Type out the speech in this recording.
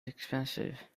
expensive